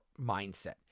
mindset